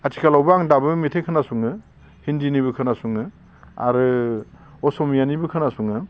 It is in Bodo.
आथिखालावबो आं दाबो मेथाइ खोनासङो हिन्दीनिबो खोनासङो आरो असमियानिबो खोनासङो